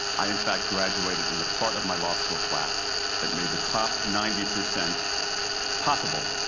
i, in fact, graduated in the part of my law school class that made the top ninety percent possible.